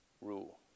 rule